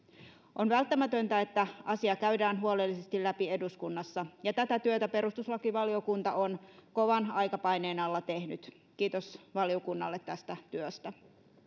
on välttämätöntä että asia käydään huolellisesti läpi eduskunnassa ja tätä työtä perustuslakivaliokunta on kovan aikapaineen alla tehnyt kiitos valiokunnalle tästä työstä